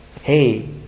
Hey